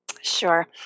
Sure